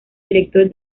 director